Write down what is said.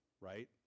right